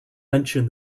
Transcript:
mention